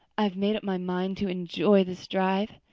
i've made up my mind to enjoy this drive.